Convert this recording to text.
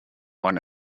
one